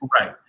Right